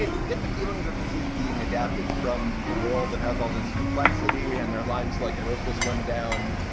you get the feeling that this is being adapted from a world that has all this complexity and their lines, like i wrote this one down.